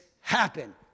happen